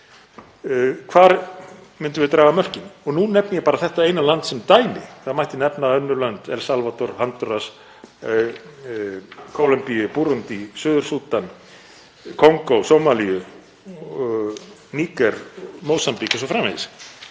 hvar myndum við draga mörkin? Nú nefni ég bara þetta eina land sem dæmi. Það mætti nefna önnur lönd; El Salvador, Hondúras, Kólumbíu, Búrúndí, Suður-Súdan, Kongó, Sómalíu, Níger, Mósambík o.s.frv.